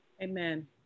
Amen